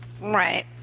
Right